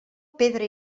pedra